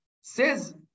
says